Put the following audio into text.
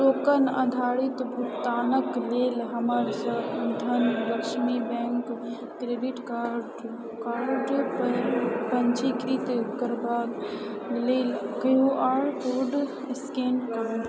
token आधारित भुगतानके लेल हमर Dhanlaxmi bank credit card card पञ्जीकृत करबाके लेल क्यू आर कोड स्कैन करु